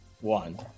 one